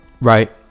right